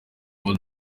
abona